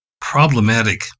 problematic